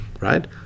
right